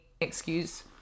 excuse